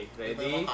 ready